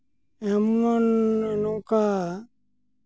ᱮᱢᱚᱱ ᱱᱚᱝᱠᱟ